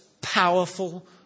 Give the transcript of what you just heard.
powerful